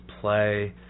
play